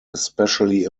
especially